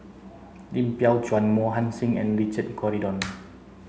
Lim Biow Chuan Mohan Singh and Richard Corridon